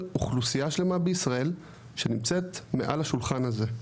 אוכלוסייה שלמה בישראל שנמצאת מעל השולחן הזה.